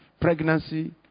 Pregnancy